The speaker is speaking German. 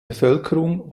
bevölkerung